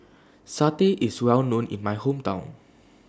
Satay IS Well known in My Hometown